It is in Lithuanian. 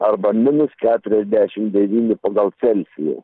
arba minus keturiasdešimt devyni pagal celsijų